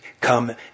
come